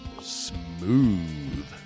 Smooth